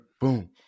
boom